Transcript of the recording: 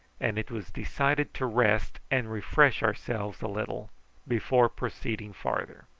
and it was decided to rest and refresh ourselves little before proceeding farther.